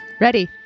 Ready